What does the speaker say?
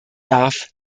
darf